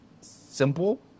simple